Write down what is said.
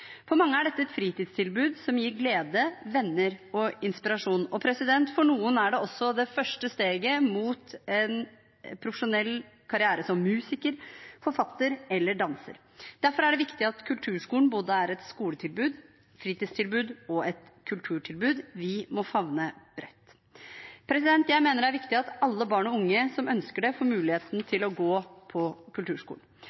For mange er dette et fritidstilbud som gir glede, venner og inspirasjon, og for noen er det også det første steget mot en profesjonell karriere som musiker, forfatter eller danser. Derfor er det viktig at kulturskolen både er et skoletilbud, et fritidstilbud og et kulturtilbud som må favne bredt. Jeg mener det er viktig at alle barn og unge som ønsker det, får muligheten